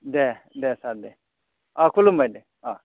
देह दे सार दे अ खुलुमबाय दे अ